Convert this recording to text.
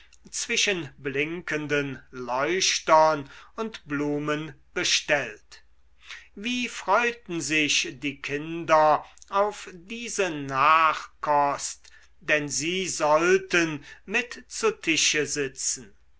zwischen blinkenden leuchtern und blumen bestellt wie freuten sich die kinder auf diese nachkost denn sie sollten mit zu tische sitzen